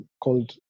Called